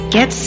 Get